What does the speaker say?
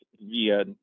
via